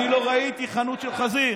אני לא ראיתי חנות של חזיר.